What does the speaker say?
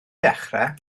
dechrau